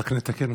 רק לתקן,